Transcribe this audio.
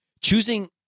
Choosing